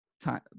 time